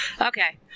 Okay